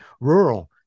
rural